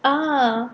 uh